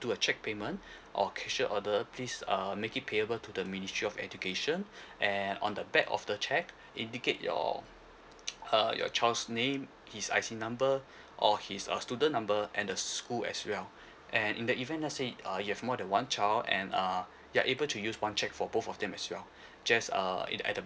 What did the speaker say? through a cheque payment or cashier order please uh make it payable to the ministry of education and on the back of the cheque indicate your uh your child's name his I_C number or his uh student number and the school as well and in the event let say uh you have more than one child and uh you're able to use one cheque for both of them as well just uh in at the